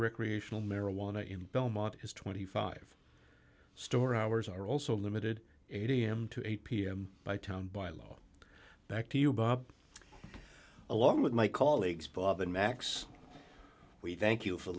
recreational marijuana in belmont is twenty five store hours are also limited eight am to eight pm by town by law back to you bob along with my colleagues bob and max we thank you for